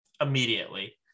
immediately